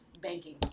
banking